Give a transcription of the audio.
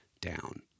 down